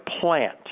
plant